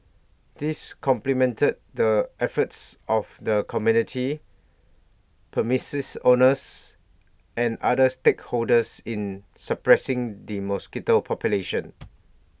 this complemented the efforts of the community premises owners and other stakeholders in suppressing the mosquito population